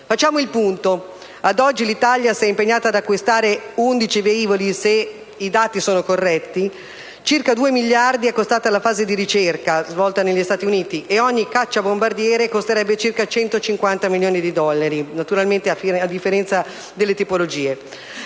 Facciamo il punto: ad oggi, l'Italia si è impegnata ad acquistare 11 velivoli, se i dati sono corretti; circa 2 miliardi è costata la fase di ricerca, svolta negli Stati Uniti, e ogni cacciabombardiere costerebbe circa 150 milioni di dollari (naturalmente con le dovute